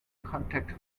contact